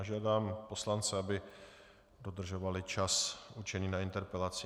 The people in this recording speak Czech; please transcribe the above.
Žádám poslance, aby dodržovali čas určený na interpelaci.